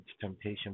temptation